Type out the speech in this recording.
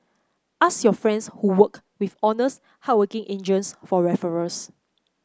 ask your friends who work with honest hardworking agents for referrals